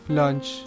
lunch